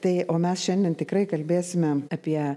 tai o mes šiandien tikrai kalbėsime apie